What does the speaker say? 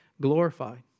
glorified